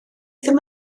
ddim